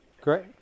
Great